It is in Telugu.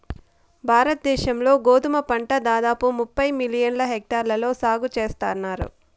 భారత దేశం లో గోధుమ పంట దాదాపు ముప్పై మిలియన్ హెక్టార్లలో సాగు చేస్తన్నారు